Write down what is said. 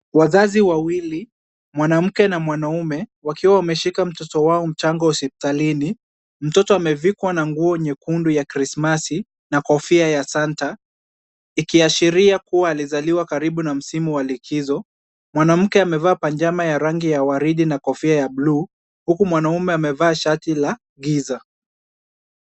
Wazazi wawili mwanamke na mwanaume wakiwa wameshika mtoto wao mchanga hospitalini, mtoto amevikwa nguo nyekundu ya Krismasi na kofia ya Santa ikiashiria kuwa alizaliwa karibu na likizo mwanamke amevalia pajama ya rangi ya waridi na kofia ya buluu huku mwanaume amevaa shati la giza.